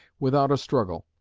without a struggle.